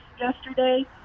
yesterday